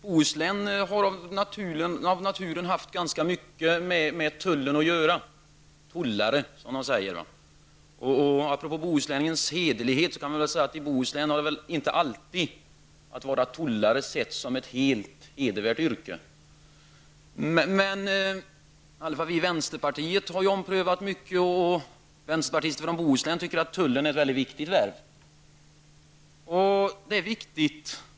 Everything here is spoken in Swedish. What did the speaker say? Bohuslän har av naturliga skäl haft ganska mycket med tullen att göra -- ''tollare'' säger man där. Apropå bohuslänningens hederlighet kan man väl säga att man i Bohuslän inte alltid har ansett att ''tollare'' är ett helt hedervärt yrke. Vi i vänsterpartiet har ju omprövat mycket, och vi vänsterpartister i Bohuslän tycker att tullarbetet är mycket viktigt.